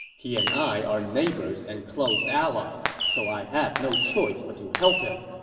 he and i are neighbors and close allies, so i have no choice but to help him.